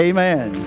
Amen